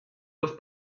dos